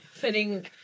putting